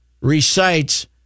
recites